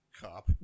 cop